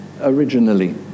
originally